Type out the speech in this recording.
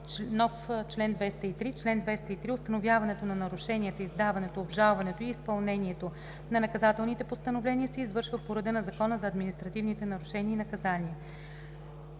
нов чл. 203: „Чл. 203. Установяването на нарушенията, издаването, обжалването и изпълнението на наказателните постановления се извършва по реда на Закона за административните нарушения и наказания.“